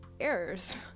errors